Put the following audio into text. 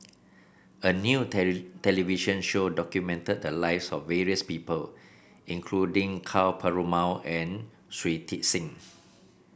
a new television show documented the lives of various people including Ka Perumal and Shui Tit Sing